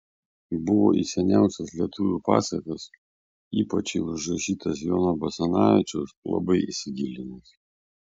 buvo į seniausias lietuvių pasakas ypač į užrašytas jono basanavičiaus labai įsigilinęs